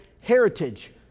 heritage